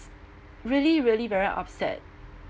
really really very upset